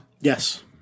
Yes